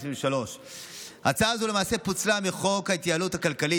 התשפ״ג 2023. הצעה זו למעשה פוצלה מחוק ההתייעלות הכלכלית